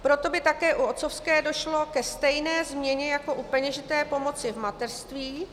Proto by také u otcovské došlo ke stejně změně jako u peněžité pomoci v mateřství.